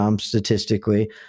statistically